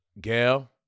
Gail